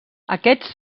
aquests